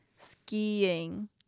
skiing